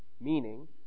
Meaning